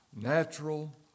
Natural